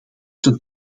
ten